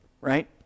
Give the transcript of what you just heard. right